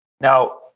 Now